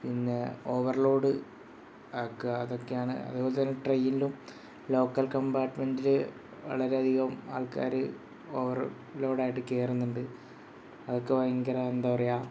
പിന്നെ ഓവർലോഡ് ആക്കുക അതൊക്കെയാണ് അതുപോലെതന്നെ ട്രെയിനിലും ലോക്കൽ കമ്പാർട്ട്മെൻ്റിൽ വളരെ അധികം ആൾക്കാർ ഓവർലോഡായിട്ട് കയറുന്നുണ്ട് അതൊക്കെ ഭയങ്കര എന്താ പറയുക